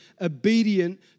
obedient